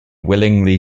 willingly